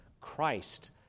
Christ